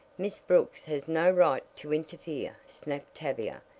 miss brooks has no right to interfere! snapped tavia,